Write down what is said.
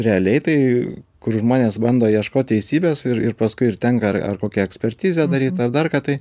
realiai tai kur žmonės bando ieškot teisybės ir ir paskui ir tenka ar ar kokią ekspertizę daryt ar dar ką tai